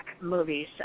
movies